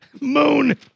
moon